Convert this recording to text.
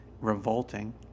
revolting